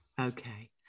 okay